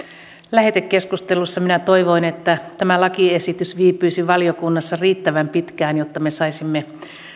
lähetekeskustelussa minä toivoin että tämä lakiesitys viipyisi valiokunnassa riittävän pitkään jotta me saisimme